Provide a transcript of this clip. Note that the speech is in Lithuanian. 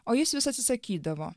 o jis vis atsisakydavo